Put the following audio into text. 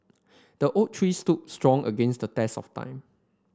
the oak tree stood strong against the test of time